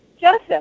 Joseph